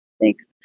Thanks